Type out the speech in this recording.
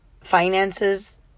finances